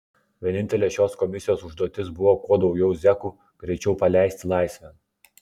vienintelė šios komisijos užduotis buvo kuo daugiau zekų greičiau paleisti laisvėn